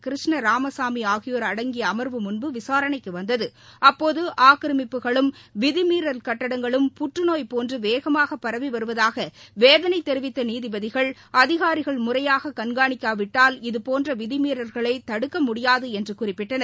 கிருஷ்ணன் ராமசாமி ஆகியோர் அடங்கிய அமர்வு முன்பு விசாரணைக்கு வந்தது அப்போது ஆக்கிரமிப்புகளும் விதிமீறல் கட்டடங்களும் புற்றுநோய் போன்று வேகமாக பரவி வருவதாக வேதனை தெரிவித்த நீதிபதிகள் அதிகாரிகள் முறையாக கண்காணிக்காவிட்டால் இதபோன்ற விதிமீறல்களைத் தடுக்க முடியாது என்று குறிப்பிட்டனர்